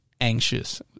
anxious